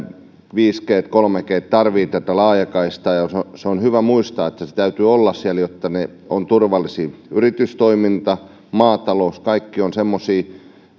viisi g t kolme g t tarvitsevat tätä laajakaistaa se on hyvä muistaa että sen täytyy olla siellä jotta ne ovat turvallisia yritystoiminta maatalous kaikki ovat semmoisia